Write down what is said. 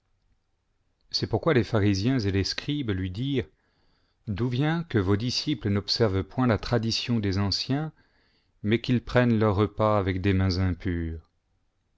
c'est pourquoi les pharisiens et les scribes lui dirent d'où vient que vos disciples n'observent point la tradition des anciens mais qu'ils prennent leur repas avec des mains impures